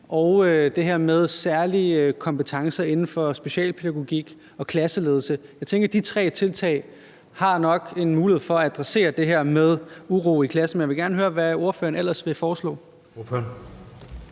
og det her med særlige kompetencer inden for specialpædagogik og klasseledelse, nok har en mulighed for at adressere det med uro i klassen. Og jeg vil gerne høre, hvad ordføreren ellers vil foreslå.